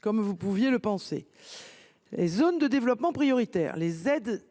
comme vous pouviez le penser. Les zones de développement prioritaires, les ZDP,